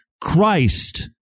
Christ